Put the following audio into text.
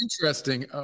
interesting